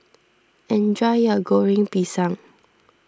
enjoy your Goreng Pisang